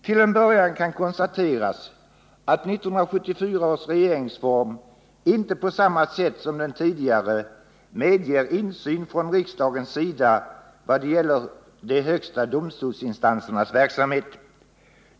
Till en början kan konstateras att 1974 års regeringsform inte på samma sätt som den tidigare medger insyn från riksdagens sida i vad gäller de högsta domstolsinstansernas verksamhet.